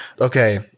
Okay